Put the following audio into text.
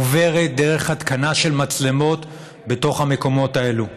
עובר דרך התקנה של מצלמות בתוך המקומות האלו.